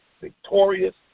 victorious